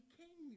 king